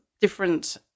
different